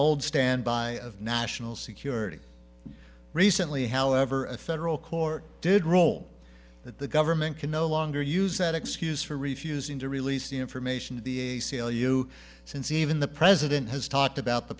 old standby of national security recently however a federal court did roll that the government can no longer use that excuse for refusing to release the information to the a c l u since even the president has talked about the